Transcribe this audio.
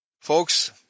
folks